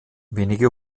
wenige